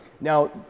Now